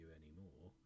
anymore